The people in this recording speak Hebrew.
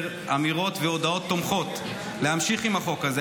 אמירות והודעות תומכות להמשיך עם החוק הזה.